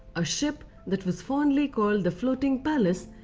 a ship that was fondly called the floating palace,